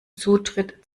zutritt